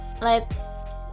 let